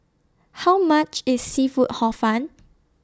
How much IS Seafood Hor Fun